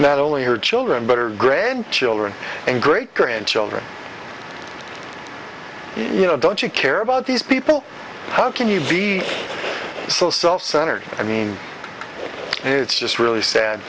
not only her children but her grandchildren and great grandchildren you know don't you care about these people how can you be so self centered i mean it's just really sad